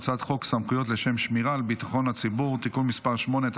הצעת חוק סמכויות לשם שמירה על ביטחון הציבור (תיקון מס' 8),